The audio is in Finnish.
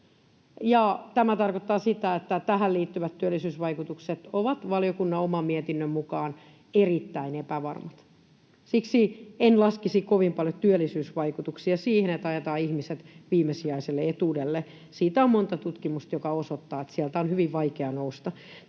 tämä tarkoittaa sitä, että tähän liittyvät työllisyysvaikutukset ovat valiokunnan oman mietinnön mukaan erittäin epävarmat. Siksi en laskisi kovin paljon työllisyysvaikutuksiin ja siihen, että ajetaan ihmiset viimesijaiselle etuudelle. On monta tutkimusta, jotka osoittavat, että sieltä on hyvin vaikea nousta.